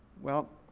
well,